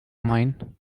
mine